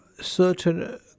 certain